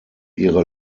ihre